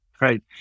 right